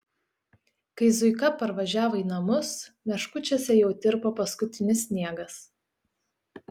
kai zuika parvažiavo į namus meškučiuose jau tirpo paskutinis sniegas